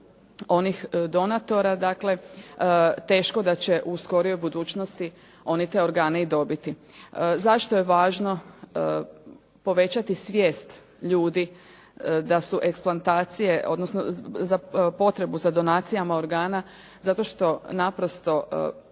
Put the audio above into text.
onih donatora, teško da će u skorijoj budućnosti oni te organe i dobiti. Zašto je važno povećati svijest ljudi da su eksplantacije, odnosno potrebu za donacijama organa? Zato što naprosto